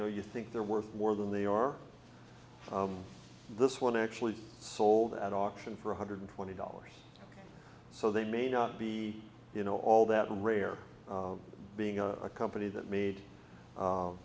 know you think they're worth more than they are this one actually sold at auction for one hundred twenty dollars so they may not be you know all that rare being a company that made